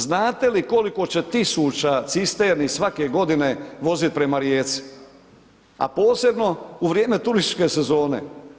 Znate koliko će tisuća cisterni svake godine voziti prema Rijeci a posebno u vrijeme turističke sezone?